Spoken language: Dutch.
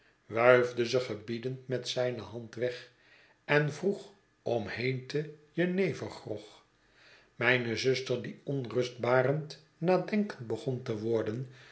wuifde ze gebiedend met zijne hand weg en vroeg om heeten jenevergrog mijne zuster die onrustbarend nadenkend begon te worden